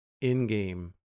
in-game